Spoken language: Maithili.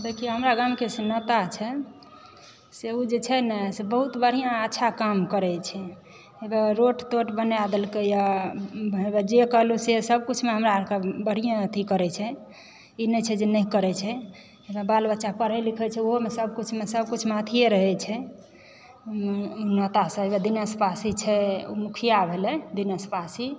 देखिओ हमरा गामके से नेता छै से ओ जे छै न से बहुत बढ़िआँ अच्छा काम करय छै रोड तोड बना देलकैए हे वएह जे कहलहुँ से सभ कुछमे हमरा अरकेँ बढ़िआँ अथी करइ छै ई नहि छै जे नहि करय छै बाल बच्चा पढ़ै लिखै छै ओहोमे सभ किछुमे सब कुछमे अथीए रहय छै नेतासभ जेना दिनेश पासी छै ओ मुखिआ भेलय दिनेश पासी